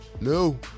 no